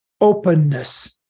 Openness